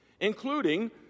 including